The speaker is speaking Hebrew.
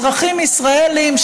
אזרחים ישראלים,